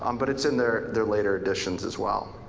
um but it's in their their later editions as well.